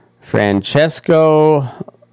Francesco